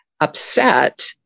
upset